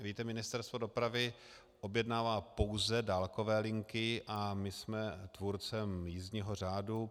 Víte, Ministerstvo dopravy objednává pouze dálkové linky a my jsme tvůrcem jízdního řádu.